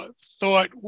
thought